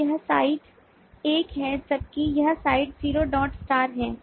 तो यह साइड एक है जबकि यह साइड जीरो डॉट स्टार है